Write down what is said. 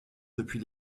depuis